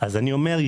יש כן חשיפה,